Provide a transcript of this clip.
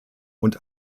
und